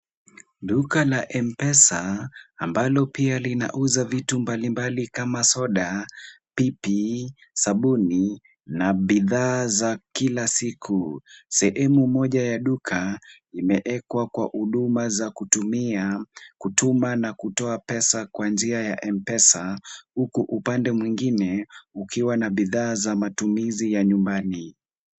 Duka la M-Pesa, ambalo pia linauza vitu mbalimbali kama soda, pipi, sabuni na bidhaa za kila siku. Sehemu moja ya duka imeekwa kwa huduma za kutumia, kutuma na kutoa pesa kwa njia ya M-Pesa, huku upande mwingine ukiwa na bidhaa za matumizi ya nyumbani.